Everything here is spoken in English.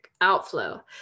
outflow